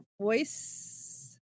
voice